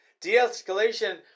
De-escalation